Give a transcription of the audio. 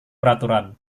peraturan